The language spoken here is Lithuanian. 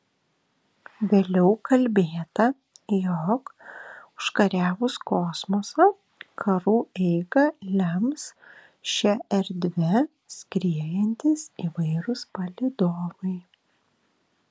vėliau kalbėta jog užkariavus kosmosą karų eigą lems šia erdve skriejantys įvairūs palydovai